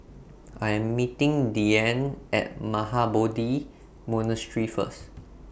I Am meeting Diann At Mahabodhi Monastery First